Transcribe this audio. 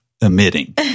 emitting